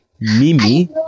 Mimi